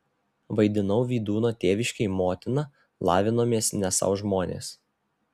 vaidinau vydūno tėviškėj motiną lavinomės ne sau žmonės